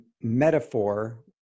metaphor